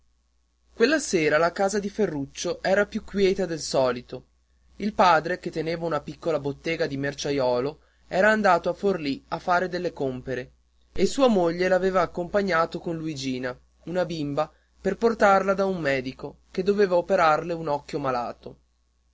quella sera la casa di ferruccio era più quieta del solito il padre che teneva una piccola bottega di merciaiolo era andato a forlì a far delle compere e sua moglie l'aveva accompagnato con luigina una bimba per portarla da un medico che doveva operarle un occhio malato